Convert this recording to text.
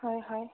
হয় হয়